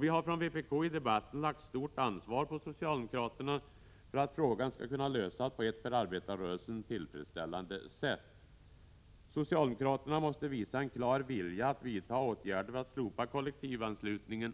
Vi från vpk har i debatten lagt stort ansvar på socialdemokraterna för att frågan skall kunna lösas på ett för arbetarrörelsen tillfredsställande sätt. Socialdemokraterna måste visa en klar vilja att vidta åtgärder för att slopa kollektivanslutningen.